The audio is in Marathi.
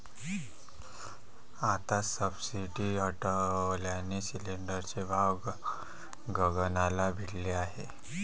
आता सबसिडी हटवल्याने सिलिंडरचे भाव गगनाला भिडले आहेत